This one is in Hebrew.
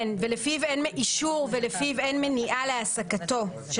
כן: "...ולפיו אין מניעה להעסקתו של